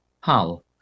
Hull